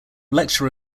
lecture